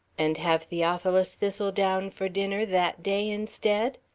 and have theophilus thistledown for dinner that day instead?